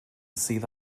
sydd